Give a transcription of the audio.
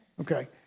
Okay